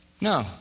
No